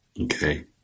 Okay